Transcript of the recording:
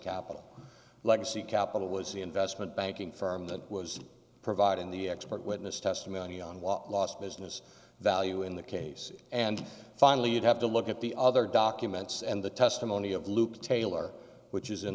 capital legacy capital was the investment banking firm that was providing the expert witness testimony on law lost business value in the case and finally you'd have to look at the other documents and the testimony of luke taylor which is in